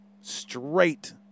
straight